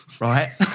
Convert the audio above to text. right